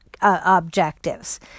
objectives